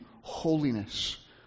holiness